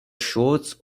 shorts